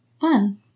Fun